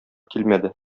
килмәде